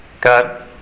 God